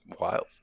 wild